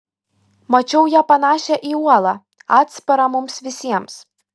mačiau ją panašią į uolą atsparą mums visiems